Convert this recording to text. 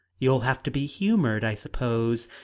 you'll have to be humored, i suppose.